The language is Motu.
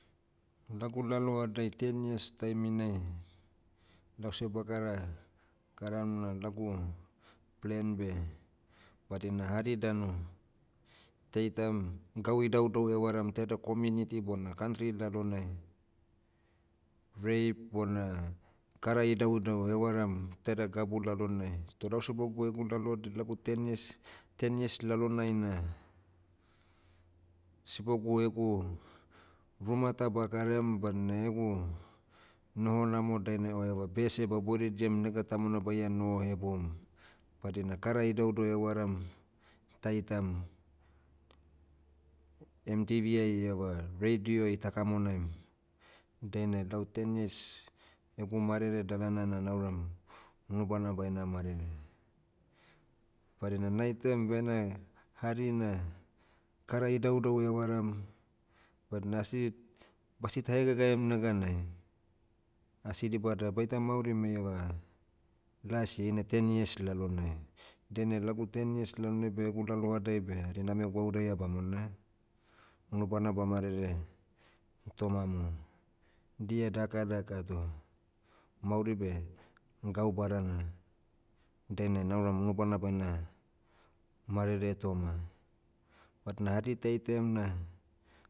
Lagu lalohadai ten years taiminai, lause bagara, karana lagu, plan beh, badina hari danu, taitam, gau idauidau evaram teda community bona kantri lalonai, rape bona, kara idauidau evaram teda gabu lalonai. Toh lau sibogu egu lalohad lagu ten years- ten years lalonai na, sibogu egu, ruma ta bakarem badna egu, noho namo dainai o eva bese ba boridiam nega tamona baia noho hebom. Badina kara idauidau evaram, taitam, emtv ai ieva radio ai takamonaim. Dainai lau ten years, egu marere dalana na nauram, unubana baina marere. Badina naitaiam bene, hari na, kara idaudau evaram, badna asi- basita hegagaim neganai, asi dibada baita maurim eieva, lasi heina ten years lalonai. Dainai lagu ten years lalonai beh egu lalohadai beh ari name gwauraia bamona, unubana ba marere, tomamu. Dia daka daka toh, mauri beh, gau badana, dainai nauram nubana baina, marere toma, badna hari taitaiam na,